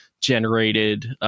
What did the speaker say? generated